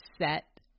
set